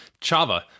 Chava